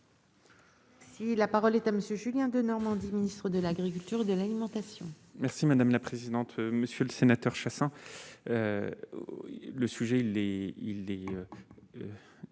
la parole est à monsieur Julien Denormandie Ministre de l'agriculture, de l'alimentation. Merci madame la présidente, monsieur le sénateur, chassant le sujet Les